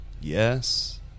Yes